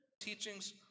teachings